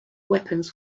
weapons